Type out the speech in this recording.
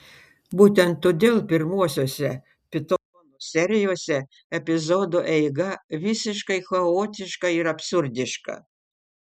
būtent todėl pirmuosiuose pitonų serijose epizodų eiga visiškai chaotiška ir absurdiška